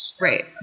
Right